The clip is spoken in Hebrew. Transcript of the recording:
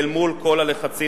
אל מול כל הלחצים,